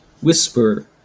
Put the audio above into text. whisper